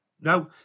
No